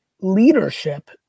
leadership